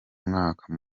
mwaka